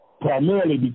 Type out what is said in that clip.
primarily